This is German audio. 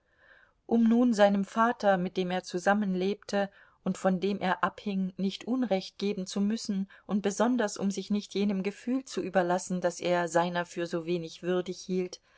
um nun seinem vater mit dem er zusammen lebte und von dem er abhing nicht unrecht geben zu müssen und besonders um sich nicht jenem gefühl zu überlassen das er seiner für so wenig würdig hielt